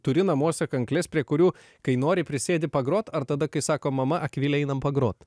turi namuose kankles prie kurių kai nori prisėdi pagrot ar tada kai sako mama akvile einam pagrot